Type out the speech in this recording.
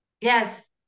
Yes